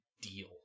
deal